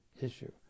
issue